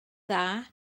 dda